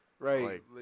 Right